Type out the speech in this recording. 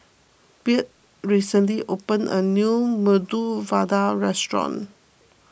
Byrd recently opened a new Medu Vada restaurant